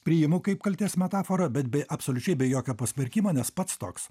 priimu kaip kaltės metaforą bet be absoliučiai be jokio pasmerkimo nes pats toks